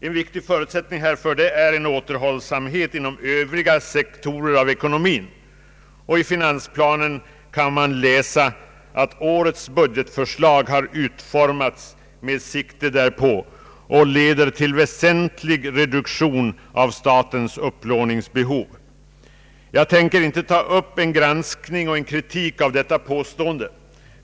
En viktig förutsättning härför är återhållsamhet inom övriga sektorer av ekonomin. I finansplanen kan man läsa att årets budgetförslag har utformats med sikte därpå och leder till väsentlig reduktion av statens upplåningsbehov. Jag tänker inte ta upp en granskning och en kritik av detta påstående.